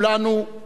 ידידיו,